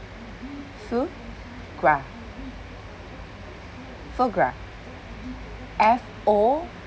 foie gras foie gras F_ O